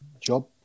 job